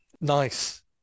Nice